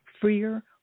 freer